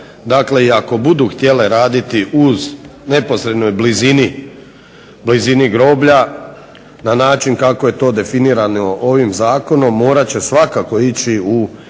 Dakle i ako budu htjele raditi u neposrednoj blizini groblja na način kako je to definirano ovim zakonom morat će svakako ići u